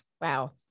wow